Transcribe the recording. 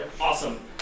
Awesome